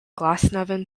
glasnevin